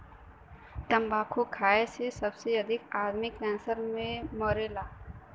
तम्बाकू खाए से सबसे अधिक आदमी कैंसर से मरला